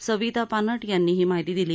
सविता पानट यांनी ही माहिती दिली